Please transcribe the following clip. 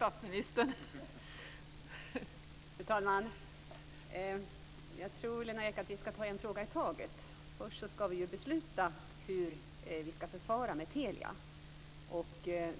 Fru talman! Jag tror att vi ska ta en fråga i taget. Först ska vi besluta hur vi ska förfara med Telia. Det